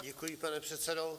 Děkuji, pane předsedo.